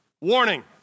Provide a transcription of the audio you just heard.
Warning